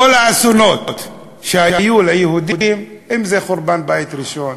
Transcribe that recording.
כל האסונות שהיו ליהודים, אם זה חורבן בית ראשון,